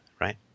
right